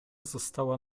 została